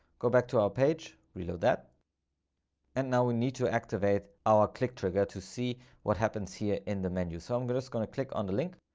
go back to our page, reload that and now we need to activate our click trigger to see what happens here in the menu so um i'm just going to click on the link,